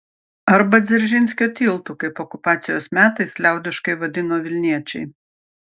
arba dzeržinskio tiltu kaip okupacijos metais liaudiškai vadino vilniečiai